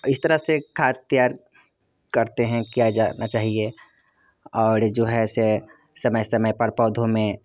इस तरह से खात्यार करते हैं किया जाना चाहिए और जो है इसे समय समय पर पौधों में